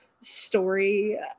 story